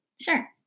sure